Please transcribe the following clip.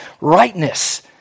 rightness